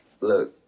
look